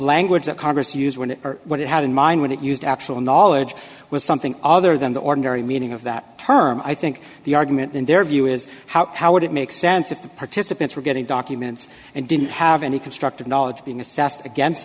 language that congress used when it what it had in mind when it used actual knowledge was something other than the ordinary meaning of that term i think the argument in their view is how how would it make sense if the participants were getting documents and didn't have any constructive knowledge being assessed against